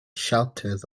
shelters